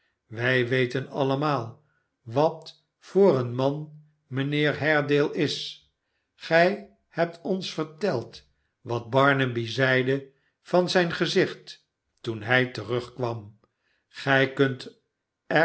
wij weten allemaal wat voor een man mijnheer haredale is gij hebt ons verteld wat barnaby zeide van zijn gezicht toen hij terugkwam gij kunt